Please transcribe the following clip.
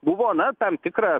buvo na tam tikras